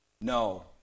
No